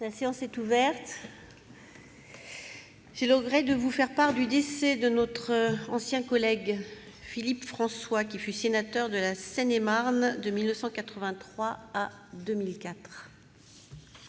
La séance est reprise. J'ai le regret de vous faire part du décès de notre ancien collègue Philippe François, qui fut sénateur de la Seine-et-Marne, de 1983 à 2004.